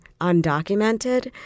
undocumented